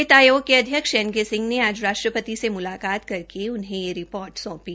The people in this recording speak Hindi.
वित्त आयोग के अध्यक्ष एन के सिंह ने आज राष्ट्रपति से मुलाकात करके उन्हें रिपोर्ट सौंपी